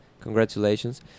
congratulations